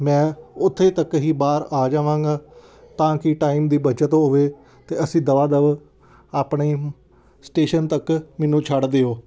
ਮੈਂ ਉੱਥੇ ਤੱਕ ਹੀ ਬਾਹਰ ਆ ਜਾਵਾਂਗਾ ਤਾਂ ਕਿ ਟਾਈਮ ਦੀ ਬੱਚਤ ਹੋਵੇ ਅਤੇ ਅਸੀਂ ਦਵਾ ਦਵਾ ਆਪਣੇ ਸਟੇਸ਼ਨ ਤੱਕ ਮੈਨੂੰ ਛੱਡ ਦਿਓ